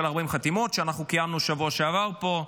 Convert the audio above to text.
40 החתימות שאנחנו קיימנו פה בשבוע שעבר.